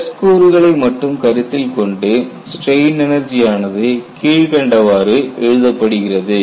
stress கூறுகளை மட்டும் கருத்தில் கொண்டு ஸ்ட்ரெயின் எனர்ஜி ஆனது கீழ்க்கண்டவாறு எழுதப்படுகிறது